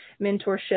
mentorship